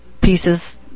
pieces